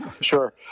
Sure